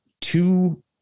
two